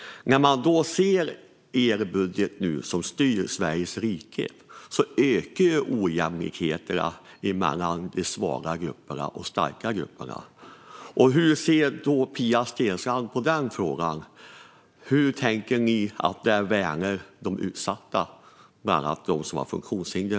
När man då tittar på er budget som styr Sveriges rike ser man att ojämlikheterna mellan de svaga grupperna och de starka grupperna ökar. Hur ser Pia Steensland på detta? Hur menar ni att ni med denna politik värnar de utsatta, bland annat de människor som har funktionshinder?